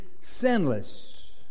sinless